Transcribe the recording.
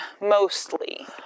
mostly